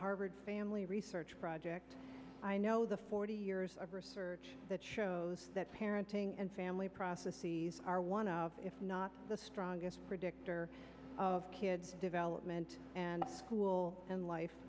harvard family research project i know the forty years of research that shows that parenting and family prophecies are one of if not the strongest predictor of kid's development and school and life